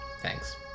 Thanks